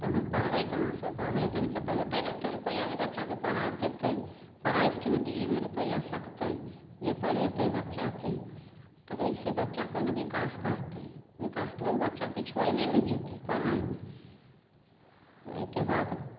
तऽ हम पढबै कहाँ से तऽ हरिजनके तऽ औतय नहि ओते रुपैआ जे बच्चाके पढ़ा पेतै प्राइवेटमे दै मे रुपैआ सकतै जे पढेतै बच्चाके तऽ बच्चा कोना बिकास करतै बिकास तऽ उ बच्चा पछुआएले ने जेतय पढाइ मे ओइके बाद